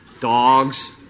Dogs